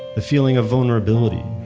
the feeling of vulnerability,